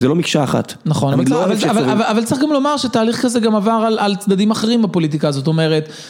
זה לא מקשה אחת. נכון, אבל צריך גם לומר שתהליך כזה גם עבר על צדדים אחרים בפוליטיקה הזאת, זאת אומרת...